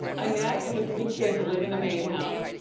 annette and the three kids live in the main house.